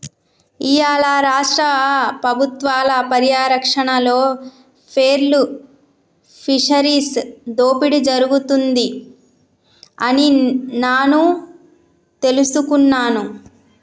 ఇయ్యాల రాష్ట్ర పబుత్వాల పర్యారక్షణలో పేర్ల్ ఫిషరీస్ దోపిడి జరుగుతుంది అని నాను తెలుసుకున్నాను